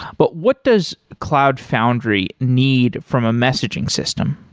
but what does cloud foundry need from a messaging system?